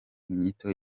inyito